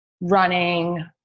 running